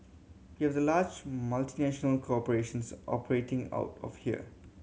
we have the large multinational corporations operating out of here